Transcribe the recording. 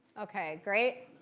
ok, great.